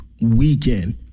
weekend